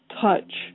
touch